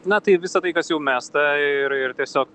na tai visa tai kas jau mesta ir ir tiesiog